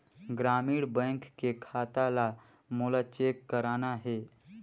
ग्रामीण बैंक के खाता ला मोला चेक करना हे?